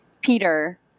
Peter